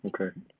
Okay